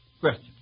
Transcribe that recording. Question